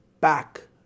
back